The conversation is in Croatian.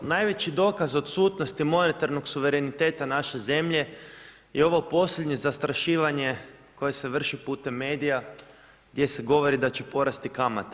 Najveći dokaz odsutnosti monetarnog suvereniteta naše zemlje je ovo posljednje zastrašivanje koje se vrši putem medija gdje se govori da će porasti kamate.